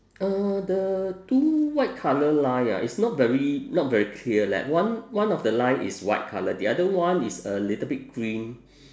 uh the two white colour line ah is not very not very clear leh one one of the line is white colour the other one is a little bit green